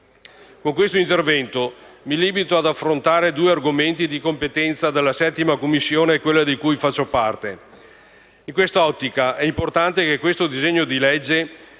Con questo intervento mi limito ad affrontare due argomenti di competenza della 7ª Commissione, di cui faccio parte: in questa ottica è importante che il provvedimento in esame